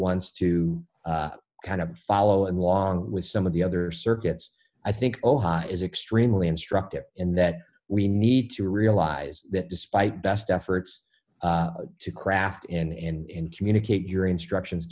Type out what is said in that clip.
wants to kind of follow along with some of the other circuits i think ohio is extremely instructive in that we need to realize that despite best efforts to craft in communicate your instructions